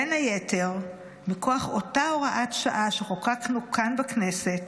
בין היתר, מכוח אותה הוראת שעה שחוקקנו כאן בכנסת